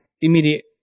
immediate